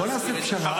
בוא נעשה פשרה.